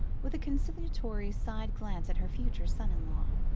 with a conciliatory side-glance at her future son-in-law.